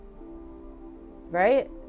Right